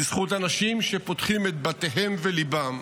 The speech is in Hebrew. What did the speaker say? בזכות אנשים שפותחים את בתיהם וליבם,